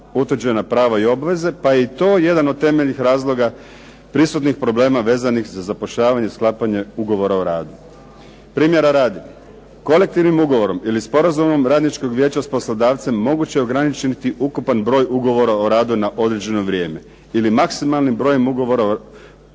utvrđena prava i obveze pa je i to jedan od temeljnih razloga prisutnih problema vezanih za zapošljavanje i sklapanje ugovora o radu. Primjera radi, kolektivnim ugovorom ili sporazumom radničkog vijeća sa poslodavcem moguće je ograničiti ukupan broj ugovora na radu na određeno vrijeme. Ili maksimalnim brojem ugovora po radniku